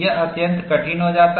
यह अत्यंत कठिन हो जाता है